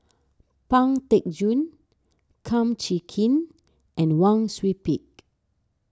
Pang Teck Joon Kum Chee Kin and Wang Sui Pick